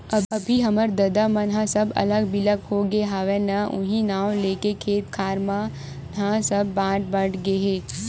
अभी हमर ददा मन ह सब अलग बिलग होगे हवय ना उहीं नांव लेके खेत खार मन ह सब बट बट गे हे